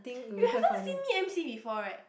you haven't seen me emcee before right